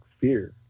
fear